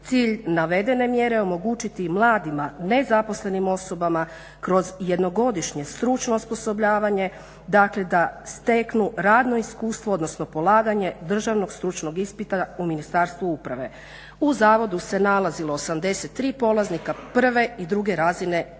Cilj navedene mjere omogućiti mladima, nezaposlenim osobama kroz jednogodišnje stručno osposobljavanje, dakle da steknu radno iskustvo odnosno polaganje državnog stručnog ispita u Ministarstvu uprave. U Zavodu se nalazilo 83 polaznika prve i druge razine visokog